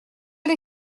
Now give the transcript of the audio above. les